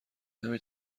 نمی